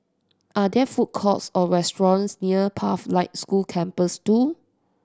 are there food courts or restaurants near Pathlight School Campus Two